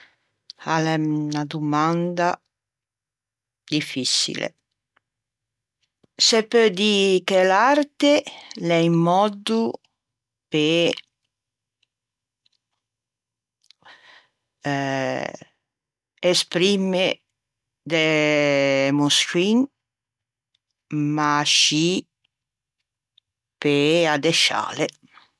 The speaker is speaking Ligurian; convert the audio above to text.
A l'é unna domanda diffiçile. Se peu dî che l'arte l'é un mòddo pe esprimme de emoçioin ma ascì pe adesciâle